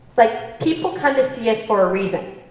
like, people come to see us for a reason,